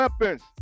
weapons